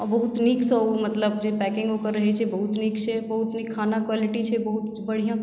बहुत नीक सँ ओ मतलब जे पैकिंग ओकर रहै छै बहुत नीक छै बहुत नीक खानाके क्वालिटी छै बहुत बढ़िऑं